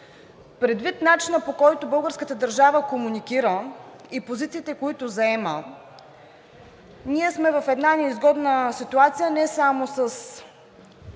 Предвид начина, по който българската държава комуникира, и позициите, които заема, ние сме в неизгодна ситуация не само с